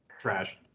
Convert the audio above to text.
trash